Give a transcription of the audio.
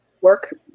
work